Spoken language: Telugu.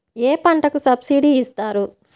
ఏ పంటకు సబ్సిడీ ఇస్తారు?